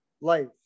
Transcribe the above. life